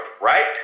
right